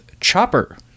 Chopper